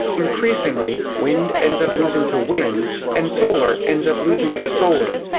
increasingly, wind ends up losing to wind, and solar ends up losing to solar.